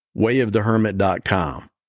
wayofthehermit.com